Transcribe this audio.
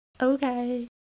okay